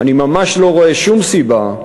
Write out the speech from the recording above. אני ממש לא רואה שום סיבה,